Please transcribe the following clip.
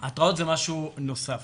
ההתרעות זה משהו נוסף,